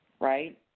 right